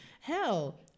hell